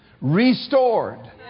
restored